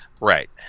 Right